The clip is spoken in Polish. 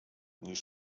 niż